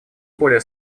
более